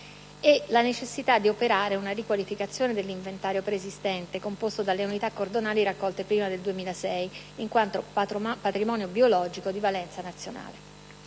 la necessità di operare una riqualificazione dell'inventario preesistente, composto dalle unità cordonali raccolte prima del 2006, in quanto patrimonio biologico di valenza nazionale.